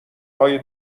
های